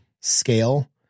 scale